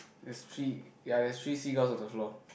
that's three yea that's three seagulls on the floor